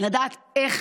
לדעת איך